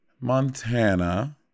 montana